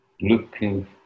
Looking